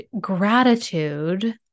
gratitude